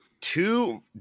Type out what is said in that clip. two